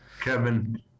Kevin